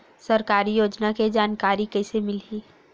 सरकारी योजना के जानकारी कइसे मिलही?